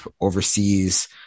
overseas